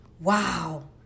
wow